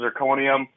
zirconium